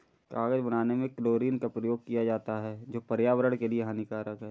कागज बनाने में क्लोरीन का प्रयोग किया जाता है जो पर्यावरण के लिए हानिकारक है